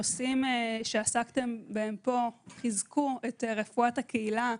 הנושאים שעסקתם בהם פה חיזקו את רפואת הקהילה.